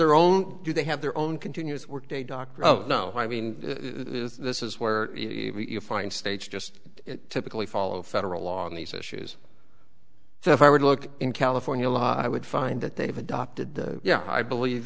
their own do they have their own continuous work day doctorow no i mean this is where you find states just typically follow federal law on these issues so i would look in california law i would find that they have adopted the yeah i believe